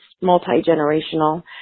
multi-generational